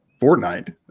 Fortnite